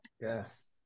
Yes